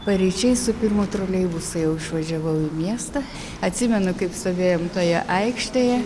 paryčiais su pirmu troleibusu jau išvažiavau į miestą atsimenu kaip stovėjom toje aikštėje